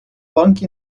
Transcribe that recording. bankje